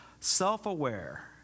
self-aware